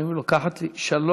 והיום היא לוקחת לי שעה